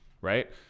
right